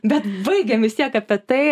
bet baigėm vis tiek apie tai